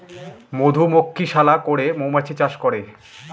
মধুমক্ষিশালা করে মৌমাছি চাষ করে